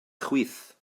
chwith